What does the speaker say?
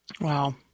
Wow